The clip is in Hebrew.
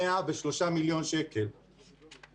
103 מיליון שקלים,